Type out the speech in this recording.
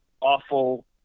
awful